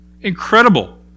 Incredible